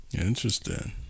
Interesting